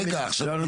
ברכות קודם כל.